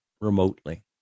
remotely